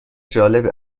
جالب